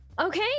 Okay